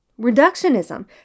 Reductionism